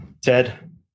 Ted